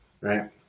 Right